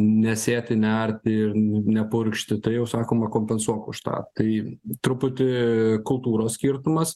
nesėti nearti ir nepurkšti tuojau sakoma kompensuok už tą tai truputį kultūros skirtumas